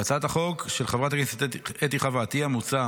בהצעת החוק של חברת הכנסת אתי חוה עטייה מוצע